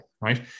right